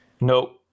No